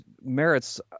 merits